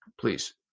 please